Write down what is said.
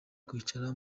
kwicara